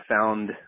found